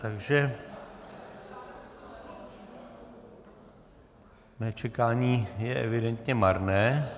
Takže mé čekání je evidentně marné...